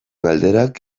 galderak